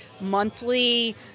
monthly